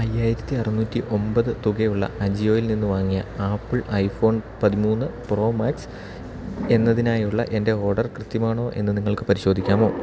അയ്യായിരത്തി അറുന്നൂറ്റിയൊൻപത് തുകയുള്ള അജിയോയിൽ നിന്ന് വാങ്ങിയ ആപ്പിൾ ഐഫോൺ പതിമൂന്ന് പ്രോ മാക്സ് എന്നതിനായുള്ള എൻ്റെ ഓർഡർ കൃത്യമാണോയെന്ന് നിങ്ങൾക്ക് പരിശോധിക്കാമോ